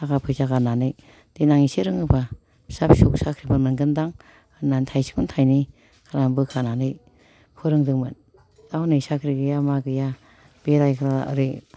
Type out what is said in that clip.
थाखा फैसा गारनानै देनां एसे रोङोबा फिसा फिसौ साख्रिफोर मोनगोन दां होननानै थाइसेखौनो थाइनै खालाम बोखानानै फोरोंदोंमोन दा हनै साख्रि गैया मा गैया बेरायग्रा एरै